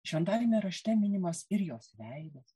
šventajame rašte minimas ir jos veidas